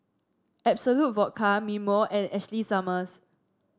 Absolut Vodka Mimeo and Ashley Summers